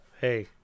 Hey